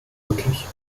möglich